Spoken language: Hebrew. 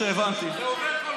זה לא רלוונטי לאי-אמון.